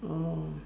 oh